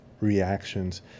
reactions